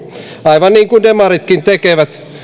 aivan niin kuin demaritkin tekevät